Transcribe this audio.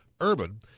Urban